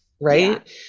right